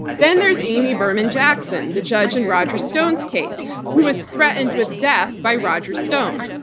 then there's amy berman jackson, the judge and roger stone's case who was threatened with death by roger stone.